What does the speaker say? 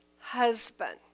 husband